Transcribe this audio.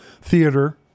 theater